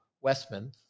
Westman